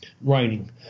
raining